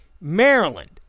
Maryland